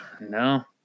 No